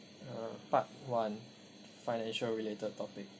uh part one financial related topic